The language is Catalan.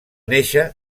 néixer